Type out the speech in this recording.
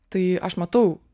tai aš matau